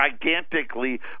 gigantically